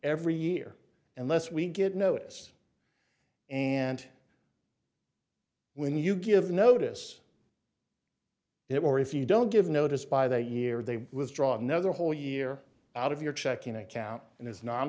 every year unless we get notice and when you give notice it more if you don't give notice by that year they withdraw another whole year out of your checking account and is non